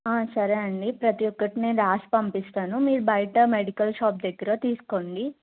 సరే అండి ప్రతి ఒక్కటి నేను రాసి పంపిస్తాను మీరు బయట మెడికల్ షాప్ దగ్గర తీసుకోండి